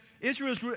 Israel's